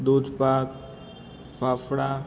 દૂધપાક fafda